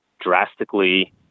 drastically –